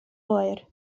oer